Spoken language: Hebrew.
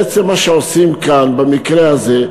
בעצם מה שעושים כאן, במקרה הזה,